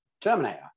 Terminator